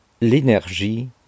L'énergie